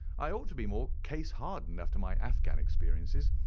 i ought to be more case-hardened after my afghan experiences.